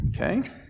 okay